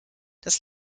das